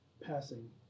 passing